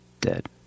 Dead